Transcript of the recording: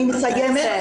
אני מתנצלת.